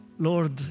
Lord